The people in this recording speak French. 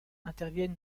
interviennent